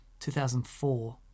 2004